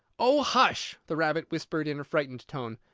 oh, hush! the rabbit whispered in a frightened tone.